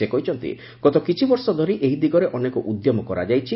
ସେ କହିଛନ୍ତି ଗତ କିଛି ବର୍ଷ ଧରି ଏହି ଦିଗରେ ଅନେକ ଉଦ୍ୟମ କରାଯାଇଛି